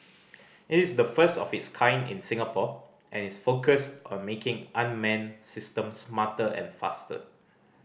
it is the first of its kind in Singapore and is focused on making unmanned systems smarter and faster